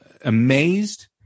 amazed